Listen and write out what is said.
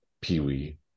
Pee-Wee